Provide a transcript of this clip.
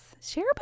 share